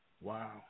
Wow